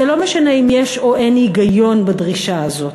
זה לא משנה אם יש או אין היגיון בדרישה הזאת,